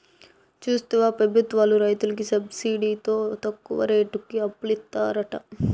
చూస్తివా పెబుత్వాలు రైతులకి సబ్సిడితో తక్కువ రేటుకి అప్పులిత్తారట